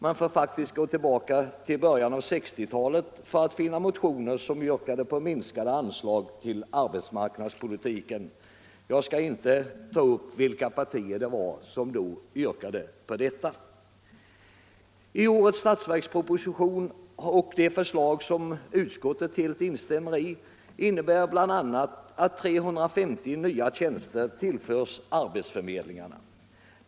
Man får faktiskt gå tillbaka till början av 1960-talet för att finna motioner som yrkade på minskade anslag till arbetsmarknadspolitiken. Jag skall inte ta upp vilka partier det var som då yrkade på detta. Årets budgetproposition och de förslag som utskottet helt instämmer i innebär bl.a. att 350 nya tjänster tillförs arbetsförmedlingarna.